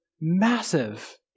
massive